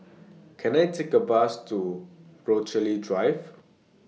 Can I Take A Bus to Rochalie Drive